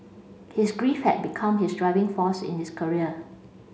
his grief had become his driving force in his career